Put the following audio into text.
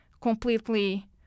completely